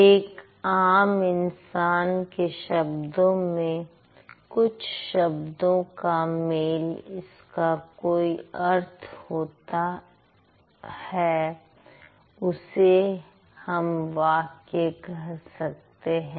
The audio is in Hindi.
एक आम इंसान के शब्दों में कुछ शब्दों का मेल इसका कोई अर्थ होता है उसे हम वाक्य कह सकते हैं